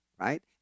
Right